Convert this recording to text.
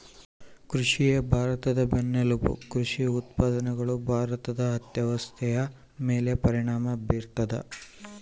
ಕೃಷಿಯೇ ಭಾರತದ ಬೆನ್ನೆಲುಬು ಕೃಷಿ ಉತ್ಪಾದನೆಗಳು ಭಾರತದ ಅರ್ಥವ್ಯವಸ್ಥೆಯ ಮೇಲೆ ಪರಿಣಾಮ ಬೀರ್ತದ